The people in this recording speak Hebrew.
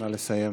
נא לסיים.